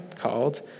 called